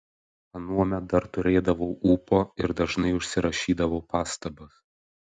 anuomet dar turėdavau ūpo ir dažnai užsirašydavau pastabas